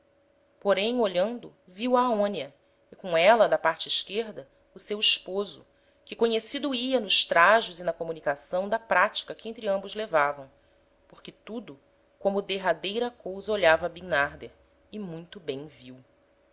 porém olhando viu a aonia e com éla da parte esquerda o seu esposo que conhecido ia nos trajos e na comunicação da pratica que entre ambos levavam porque tudo como derradeira cousa olhava bimnarder e muito bem viu